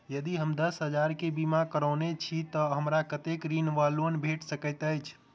यदि हम दस हजार केँ बीमा करौने छीयै तऽ हमरा कत्तेक ऋण वा लोन भेट सकैत अछि?